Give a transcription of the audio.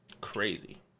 Crazy